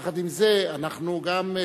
יחד עם זה, אנחנו צריכים